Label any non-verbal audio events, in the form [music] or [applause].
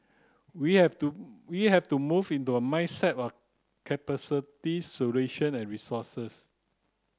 we have to we have to move into a mindset of [unintelligible] solution and resources